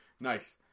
nice